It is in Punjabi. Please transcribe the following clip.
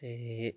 ਅਤੇ